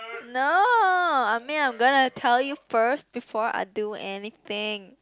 no I mean I'm gonna tell you first before I do anything